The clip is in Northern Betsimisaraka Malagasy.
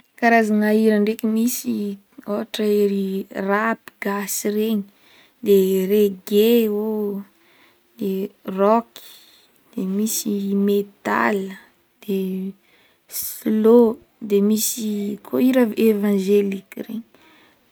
Karazagna hira ndraiky misy ohatra ery rapy gasy regny de reggae o, rocky de misy metale, de slow, de misy koa hira evangelika regny.